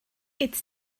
its